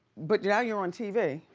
but now you're on t v.